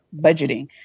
budgeting